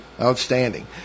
outstanding